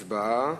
הצבעה.